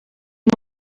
amb